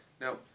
Now